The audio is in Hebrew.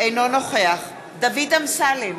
אינו נוכח דוד אמסלם,